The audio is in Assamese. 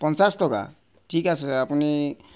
পঞ্চাছ টকা ঠিক আছে আপুনি